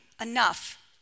enough